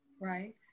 right